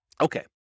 Okay